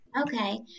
Okay